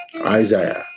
Isaiah